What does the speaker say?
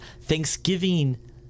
Thanksgiving